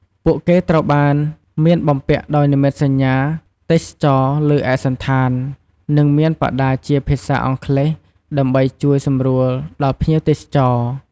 ពួកគេត្រូវបានមានបំពាក់ដោយនិមិត្តសញ្ញាទេសចរណ៍លើឯកសណ្ឋាន និងមានបដាជាភាសាអង់គ្លេស ដើម្បីជួយសម្រួលដល់ភ្ញៀវទេសចរ។